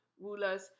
rulers